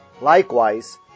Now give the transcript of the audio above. Likewise